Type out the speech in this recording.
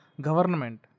government